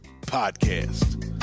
Podcast